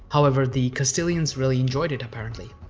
however, the castilians really enjoyed it, apparently.